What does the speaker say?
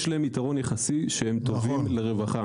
יש להם יתרון יחסי שהם מקבילים לרווחה.